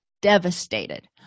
devastated